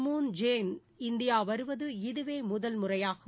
Moon Jae-in India வருவது இதுவே முதன்முறையாகும்